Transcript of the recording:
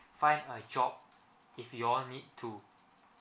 find a job if you all need to